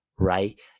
Right